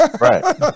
right